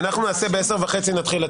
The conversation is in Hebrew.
ב-10:30 נתחיל הצבעות.